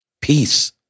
peace